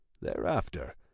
Thereafter